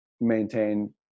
Maintain